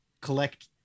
collect